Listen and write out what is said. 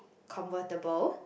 convertable